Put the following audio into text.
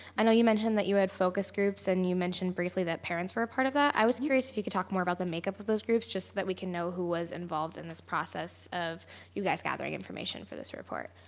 i know you had mentioned that you had focus groups and you mentioned briefly that parents were a part of that, i was curious if you could talk more about the make-up of those groups just so we can know who was involved in this process of you guys gathering information for this report.